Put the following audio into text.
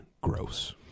gross